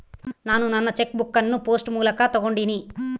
ನಾನು ನನ್ನ check book ಅನ್ನು ಪೋಸ್ಟ್ ಮೂಲಕ ತೊಗೊಂಡಿನಿ